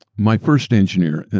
my first engineer,